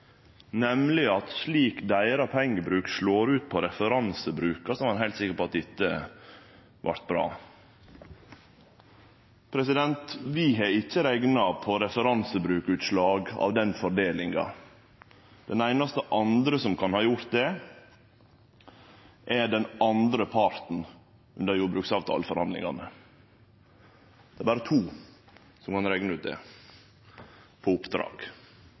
nemleg at slik deira pengebruk slår ut på referansebruka, så var han heilt sikker på at dette vart bra. Vi har ikkje rekna på referansebrukutslag av den fordelinga. Den einaste andre som kan ha gjort det, er den andre parten i jordbruksavtaleforhandlingane. Det er berre to som kan rekne ut det, på oppdrag.